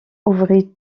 ouvrit